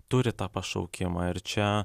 turi tą pašaukimą ir čia